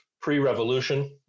pre-revolution